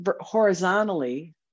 horizontally